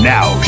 Now